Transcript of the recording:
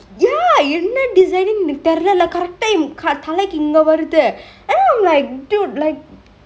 ya என்ன:enna designingk னு தெர்ல:nu terle correct டா என் தலைக்கு இங்க வருது:ta yen talaiku ingkge varuthu and then I'm like dude like